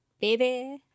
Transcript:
baby